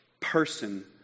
person